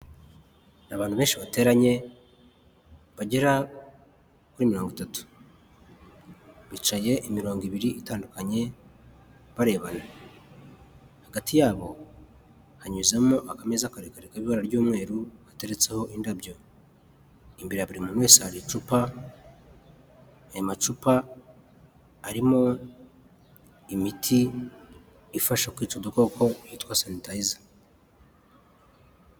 Abantu benshi bateranye bagera kuri mirongo itatu bicaye imirongo ibiri itandukanye barebana hagati yabo hanyuzemo akamezai karekare k'ibara ry'umweru gateretseho indabyo imbere ya buri muntu wese hari icupa aya amacupa arimo imiti ifasha kwica udukoko yitwa sanitayiza.